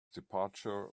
departure